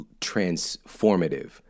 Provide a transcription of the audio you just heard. transformative